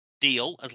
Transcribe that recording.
deal